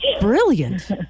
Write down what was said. brilliant